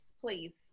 please